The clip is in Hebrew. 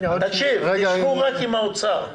הם האוצר.